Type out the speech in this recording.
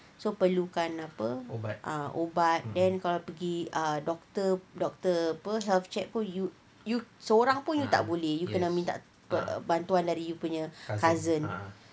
so perlukan apa ah ubat then kalau pergi doctor doctor health check pun you you sorang pun tak boleh you kena minta bantuan dari you punya cousin